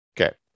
Okay